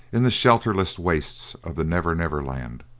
in the shelterless wastes of the never-never land,